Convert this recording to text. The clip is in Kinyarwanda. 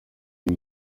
ati